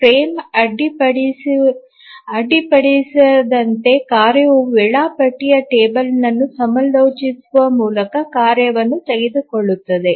frame ಅಡ್ಡಿಪಡಿಸಿದಂತೆ ಕಾರ್ಯವು ವೇಳಾಪಟ್ಟಿಯು ಟೇಬಲ್ ಅನ್ನು ಸಮಾಲೋಚಿಸುವ ಮೂಲಕ ಕಾರ್ಯವನ್ನು ತೆಗೆದುಕೊಳ್ಳುತ್ತದೆ